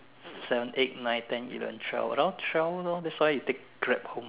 seven eight nine ten eleven twelve around twelve lor that's why you take Grab home